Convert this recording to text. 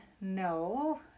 no